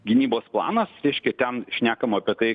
gynybos planas reiškia ten šnekama apie tai